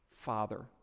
Father